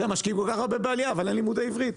משקיעים כל כך הרבה בעלייה, אבל אין לימודי עברית.